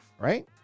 right